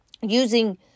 using